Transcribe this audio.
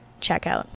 checkout